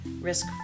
risk